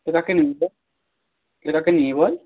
তো কাকে নিবি বল কাকে নিবি বল